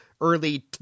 early